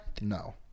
No